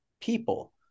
people